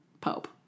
pope